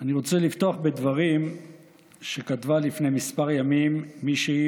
אני רוצה לפתוח בדברים שכתבה לפני כמה ימים מישהי